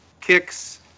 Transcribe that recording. kicks